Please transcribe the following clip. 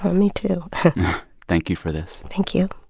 me, too thank you for this thank you